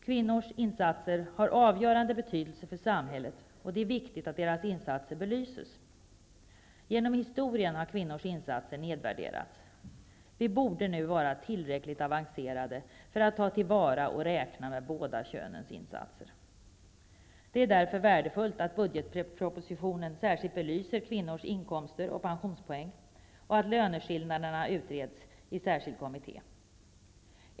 Kvinnors insatser har avgörande betydelse för samhället, och det är viktigt att deras insatser belyses. Genom historien har kvinnors insatser nedvärderats. Vi borde nu vara tillräckligt avancerade för att ta till vara och räkna med båda könens insatser. Det är därför värdefullt att man i budgetpropositionen särskilt belyser kvinnors inkomster och pensionspoäng och att löneskillnaderna utreds i särskild kommitté.